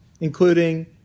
including